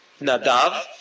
Nadav